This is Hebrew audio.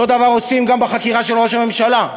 אותו דבר עושים גם בחקירה של ראש הממשלה.